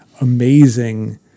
amazing